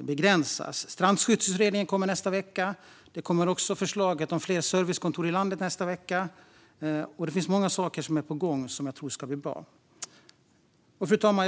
begränsas. Strandskyddsutredningen kommer nästa vecka. Då kommer även förslaget om fler servicekontor i landet. Det är många saker på gång som jag tror ska bli bra. Fru talman!